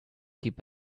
keep